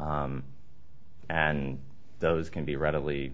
s and those can be readily